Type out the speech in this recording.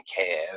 care